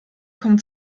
kommt